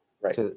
right